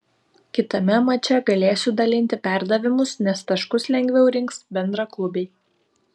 kitame mače galėsiu dalinti perdavimus nes taškus lengviau rinks bendraklubiai